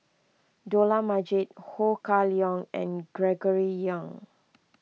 Dollah Majid Ho Kah Leong and Gregory Yong